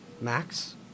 Max